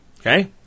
Okay